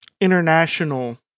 international